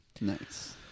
Nice